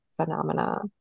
phenomena